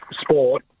sport